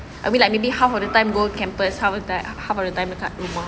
I mean like maybe half of the time go campus half of the time dekat rumah